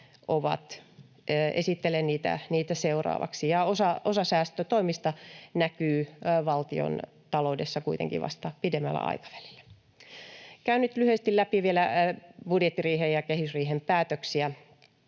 vaikutuksia seuraavaksi. Osa säästötoimista näkyy valtiontaloudessa kuitenkin vasta pidemmällä aikavälillä. Eli käyn nyt lyhyesti läpi vielä budjettiriihen ja kehysriihen päätöksiä